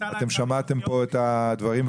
אתם שמעתם פה את הדברים,